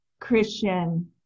Christian